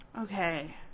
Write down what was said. Okay